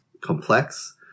complex